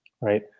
Right